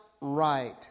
right